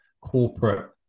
corporate